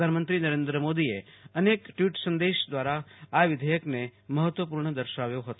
પ્રધાનમંત્રી નરેન્દ્ર મોદીએ અનેક ટવીટ સંદેશ દ્વારા આ વિધેયકને મહત્વપૂર્ણ દર્શાવ્યો હતો